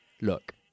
Look